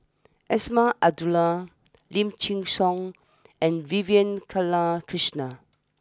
Azman Abdullah Lim Chin Siong and Vivian Balakrishnan